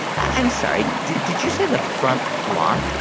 i'm sorry. did did you say the front lawn?